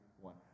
one